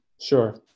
Sure